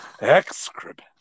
excrement